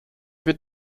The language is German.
wird